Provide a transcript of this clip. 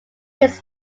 his